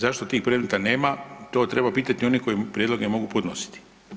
Zašto tih predmeta nema to treba pitati one koji prijedloge mogu podnositi.